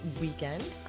weekend